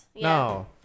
No